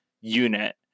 unit